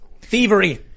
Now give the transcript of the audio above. Thievery